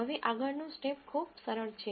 હવે આગળનું સ્ટેપ ખૂબ સરળ છે